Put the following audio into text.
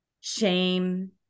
shame